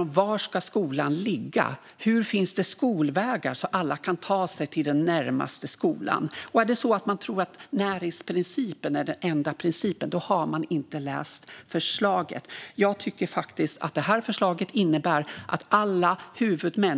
och var skolan ska ligga. Hur finns det skolvägar så att alla kan ta sig till den närmaste skolan? Är det så att man tror att närhetsprincipen är den enda principen har man inte läst förslaget. Det här förslaget innebär en möjlighet för alla huvudmän.